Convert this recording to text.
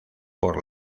por